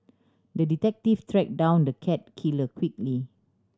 the detective track down the cat killer quickly